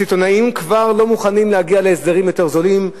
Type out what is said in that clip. הסיטונאים כבר לא מוכנים להגיע להסדרים יותר זולים.